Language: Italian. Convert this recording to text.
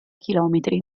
chilometri